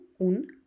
un